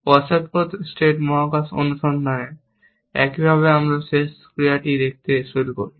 পশ্চাৎপদ স্টেট মহাকাশ অনুসন্ধানে একইভাবে আমরা শেষ ক্রিয়াটি দেখতে শুরু করি